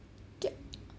get